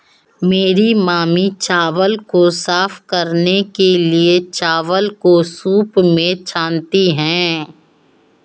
मेरी मामी चावल को साफ करने के लिए, चावल को सूंप में छानती हैं